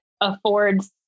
affords